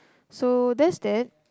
so that's that